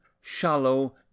shallow